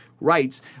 rights